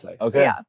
Okay